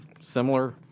similar